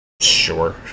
Sure